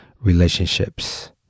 relationships